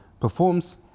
performs